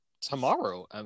tomorrow